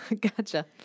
Gotcha